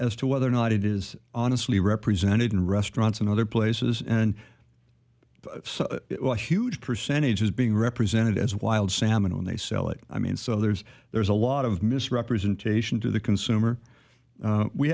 as to whether or not it is honestly represented in restaurants and other places and huge percentage is being represented as wild salmon when they sell it i mean so there's there's a lot of misrepresentation to the consumer